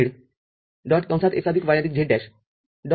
M२ ते M७ मिळाले आहेत ठीक आहे